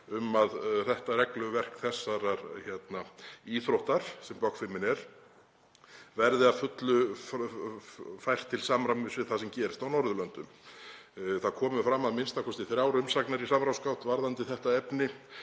um að regluverk þessarar íþróttar sem bogfimi er verði að fullu fært til samræmis við það sem gerist á Norðurlöndum. Það komu fram a.m.k. þrjár umsagnir í samráðsgátt varðandi þetta efni